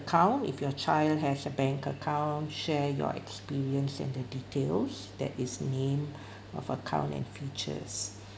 account if your child has a bank account share your experience in the details that is name of account and features